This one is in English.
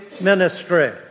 ministry